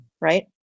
Right